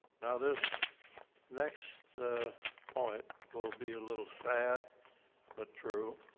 now this next point will be a little sad but true